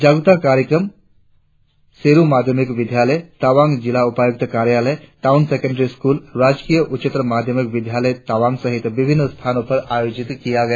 जागरुकता कार्यक्रम शेरु माध्यमिक विद्यालय तवांग जिला उपायुक्त कार्यालय टाऊन सेकेण्ड्री स्कूल राजकीय उच्चत्तर माध्यमिक विद्यालय तवांग सहित विभिन्न स्थानो पर आयोजित किया गया